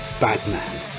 Batman